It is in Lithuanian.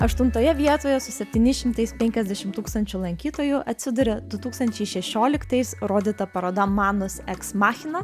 aštuntoje vietoje su septyni šimtais penkiasdešim tūkstančių lankytojų atsiduria du tūkstančiai šešioliktais rodyta paroda manos eks machina